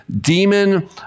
demon